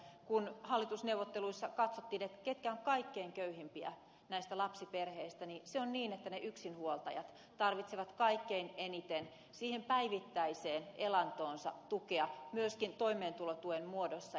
ja kun hallitusneuvotteluissa katsottiin ketkä ovat kaikkein köyhimpiä näistä lapsiperheistä niin se on niin että ne yksinhuoltajat tarvitsevat kaikkein eniten siihen päivittäiseen elantoonsa tukea myöskin toimeentulotuen muodossa